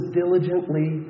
diligently